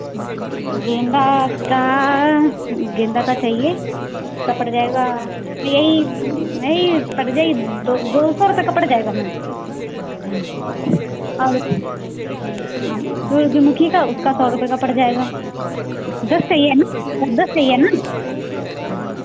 गेंदा का गेंदा का चाहिए उसका पड़ जाएगा यही यही पड़ जाई दो दो दौ रुपए का पड़ जाएगा मैम और हाँ सूर्यमुखी का उसका सौ रुपए का पड़ जाएगा दस चाहिए ना दस दस चाहिए ना